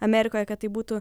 amerikoje kad tai būtų